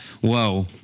Whoa